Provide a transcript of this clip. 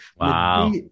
Wow